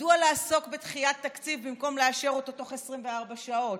מדוע לעסוק בדחיית תקציב במקום לאשר אותו תוך 24 שעות?